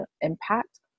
impact